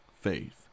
faith